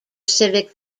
civic